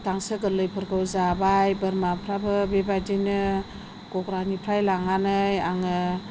गांसो गोरलैफोरखौ जाबाय बोरमाफ्राबो बेबायदिनो गग्रानिफ्राय लांनानै आङो